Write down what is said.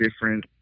different